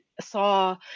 saw